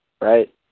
right